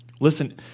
Listen